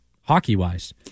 hockey-wise